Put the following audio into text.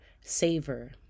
savor